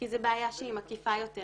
כי זה ביה שהיא מקיפה יותר.